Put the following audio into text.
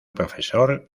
profesor